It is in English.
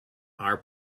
are